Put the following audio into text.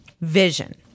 Vision